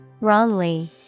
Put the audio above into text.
Wrongly